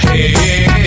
Hey